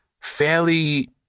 fairly